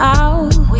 out